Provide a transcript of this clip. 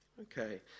Okay